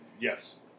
Yes